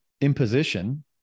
imposition